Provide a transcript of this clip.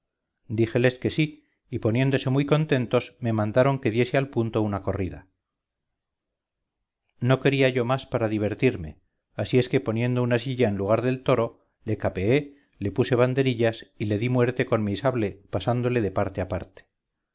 díjeles que sí y poniéndose muy contentos me mandaron que diese al punto una corrida no quería yo más para divertirme así es que poniendo una silla en lugar de toro le capeé le puse banderillas y le di muerte con mi sable pasándole de parte a parte